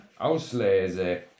Auslese